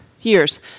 years